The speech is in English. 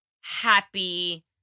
happy